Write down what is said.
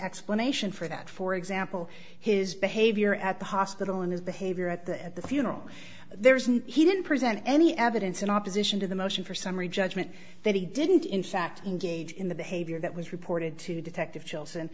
explanation for that for example his behavior at the hospital and his behavior at the at the funeral there isn't he didn't present any evidence in opposition to the motion for summary judgment that he didn't in fact engage in the behavior that was reported to detective chills and